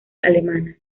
alemanas